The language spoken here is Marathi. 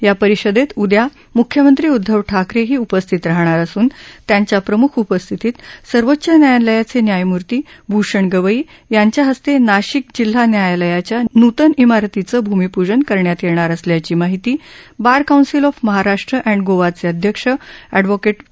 या परिषदेत उदया मुख्यमंत्री उद्धव ठाकरेही उपस्थित राहणार असून त्यांच्या प्रमुख उपस्थितीत उदया सर्वोच्च न्यायालयाचे न्यायमूर्ती भूषण गवई यांच्या हस्ते नाशिक जिल्हा न्यायालयाच्या नूतन इमारतीचं भूमिपूजन करण्यात येणार असल्याची माहिती बारकौन्सिल ऑफ महाराष्ट्र अप्टड गोवाचे अध्यक्ष अष्ठ